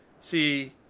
see